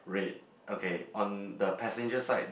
great okay on the passenger side